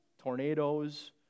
tornadoes